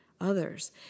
others